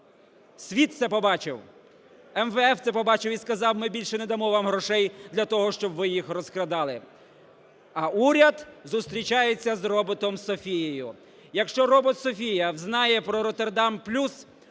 Світ це побачив, МВФ це побачив і сказав, ми більше не дамо вам грошей для того, щоб ви їх розкрадали. А уряд зустрічається з роботом Софією. Якщо робот Софія взнає про "Роттердам плюс",